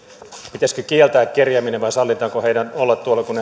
pitäisikö kieltää kerjääminen vai sallitaanko heidän olla tuolla kun